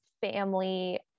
family